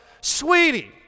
sweetie